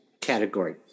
category